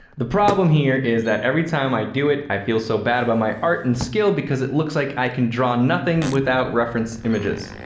the problem here is that every time i do it, i feel so bad about my art and skill because it looks like i can draw nothing without reference images,